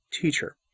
teacher